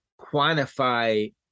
quantify